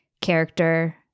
character